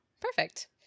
Perfect